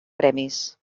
premis